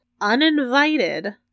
uninvited